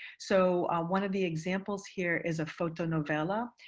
so one of the examples here is a fotonovela.